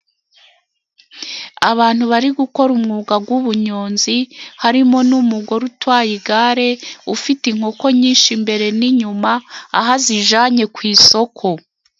Abantu bari gukora umwuga g'ubunyonzi, harimo n'umugore utwaye igare ufite inkoko nyinshi imbere n'inyuma aho azijanye ku isoko.